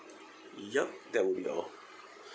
yup that will be all